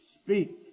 speak